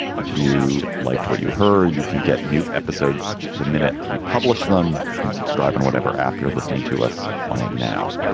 if you liked what you heard, you can get new episodes. the minute we publish them can subscribe and whatever app you're listening to us on. now,